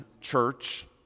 Church